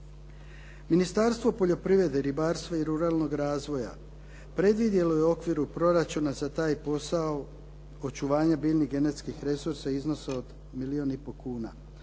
Ministarstvo poljoprivrede, ribarstva i ruralnog razvoja predvidjelo je u okviru proračuna za taj posao očuvanja biljnih genetskih resursa u iznosu od milijun i pol kuna.